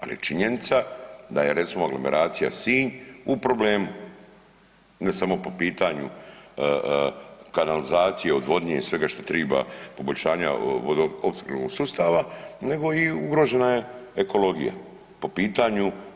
Ali je činjenica, da je recimo aglomeracija Sinj u problemu ne samo po pitanju kanalizacije, odvodnje i svega što triba, poboljšanja vodo opskrbnog sustava nego i ugrožena je ekologija po pitanju.